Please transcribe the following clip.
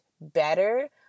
better